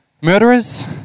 Murderers